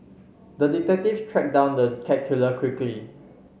the detective tracked down the cat killer quickly